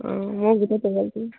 অ মোৰ গোটেই পৰিয়ালটো